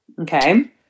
Okay